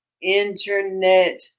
Internet